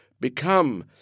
become